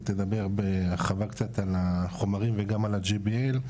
היא תדבר בהרחבה קצת על החומרים וגם על ה-GBL,